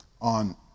on